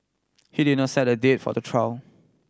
he did not set a date for the trial